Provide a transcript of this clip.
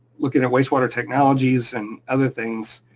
looking at wastewater technologies and other things,